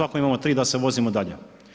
imamo tri da se vozimo dalje.